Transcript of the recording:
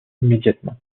immédiatement